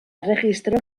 erregistro